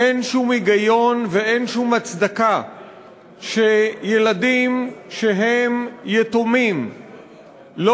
אין שום היגיון ואין שום הצדקה שילדים יתומים לא